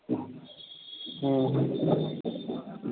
हुँ